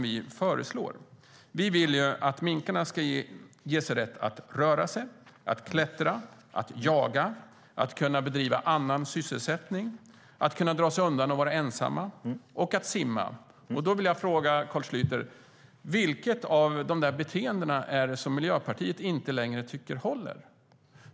Vi vill att minkarna ska ges rätt att röra sig, att klättra, att jaga, att bedriva annan sysselsättning, dra sig undan och vara ensamma samt simma. Vilket av dessa beteenden tycker Miljöpartiet inte längre håller?